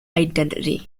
identity